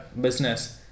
business